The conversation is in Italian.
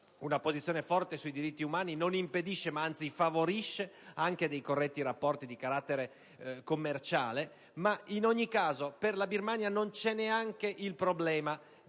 una posizione forte sui diritti umani non impedisce, ma anzi favorisce, anche dei corretti rapporti di carattere commerciale. In ogni caso, per la Birmania non sussiste neanche il problema della